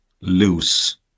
loose